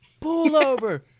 Pullover